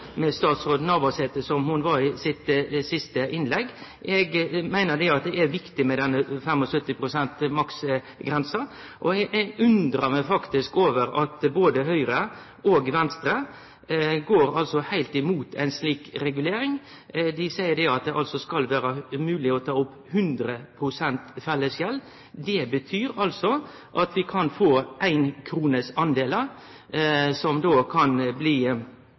med statsråd Navarsete som eg var i det ho sa i sitt siste innlegg. Eg meiner at det er viktig med denne maksgrensa på 75 pst. Og eg undrar meg faktisk over at både Høgre og Venstre går heilt imot ei slik regulering. Dei seier at det skal vere mogleg å ta opp 100 pst. fellesgjeld. Det betyr altså at vi kan få andelar på éi krone, som då kan bli